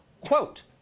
Quote